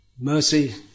mercy